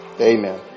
Amen